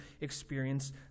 experience